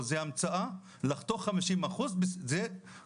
ה-50% - זו המצאה, לחתוך בחצי זו המצאה.